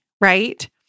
right